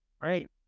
right